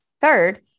Third